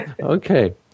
Okay